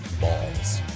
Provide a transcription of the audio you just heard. Balls